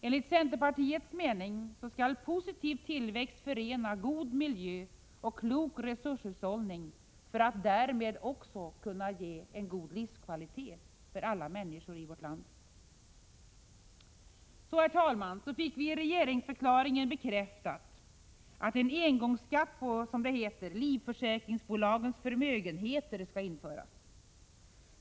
Enligt centerpartiets mening skall positiv tillväxt förena god miljö och klok resurshushållning för att därmed också kunna ge en god livskvalitet för alla människor i vårt land. Herr talman! I regeringsförklaringen fick vi bekräftat att en engångsskatt på — som det heter — ”livförsäkringsbolagens förmögenheter” skall införas.